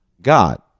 God